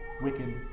wicked